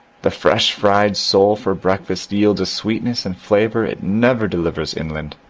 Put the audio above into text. the fresh fried sole for breakfast yields a sweetness and flavour it never delivers inland.